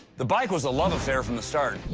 the bike was a love affair from the start.